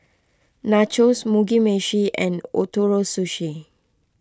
Nachos Mugi Meshi and Ootoro Sushi